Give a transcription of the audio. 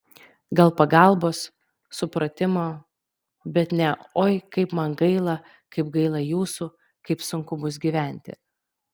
gal pagalbos supratimo bet ne oi kaip man gaila kaip gaila jūsų kaip sunku bus gyventi